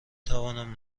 توانم